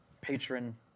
patron